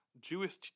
Jewish